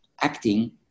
acting